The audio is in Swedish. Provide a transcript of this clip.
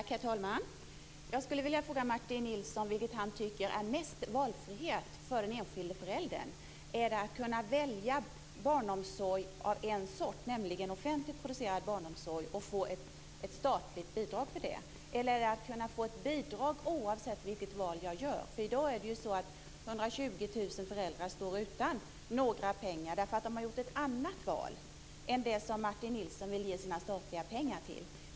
Herr talman! Jag skulle vilja fråga Martin Nilsson vad han tycker är mest valfrihet för den enskilde föräldern. Är det att kunna välja en sorts barnomsorg, nämligen offentligt producerad barnomsorg, och få ett statligt bidrag för det eller är det att få bidrag oavsett vilket val jag gör? I dag står 120 000 föräldrar utan några pengar därför att de har gjort ett annat val än det som Martin Nilsson vill ge sina statliga pengar till.